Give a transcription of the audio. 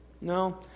No